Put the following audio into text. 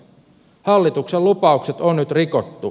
hallituksen lupaukset on nyt rikottu